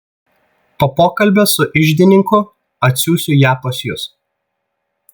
po pokalbio su iždininku atsiųsiu ją pas jus